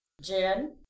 Jen